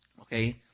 Okay